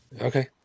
okay